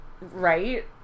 Right